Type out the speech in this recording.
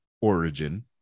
origin